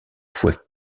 fois